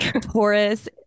Taurus